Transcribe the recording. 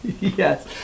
yes